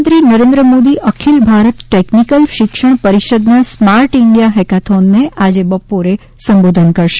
પ્રધાનમંત્રી નરેન્દ્ર મોદી અખિલ ભારત ટેકનિકલ શિક્ષણ પરિષદના સ્માર્ટ ઇન્ડિયા હેકાથોનને આજે બપોરે સંબોધન કરશે